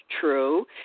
True